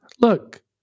look